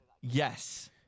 Yes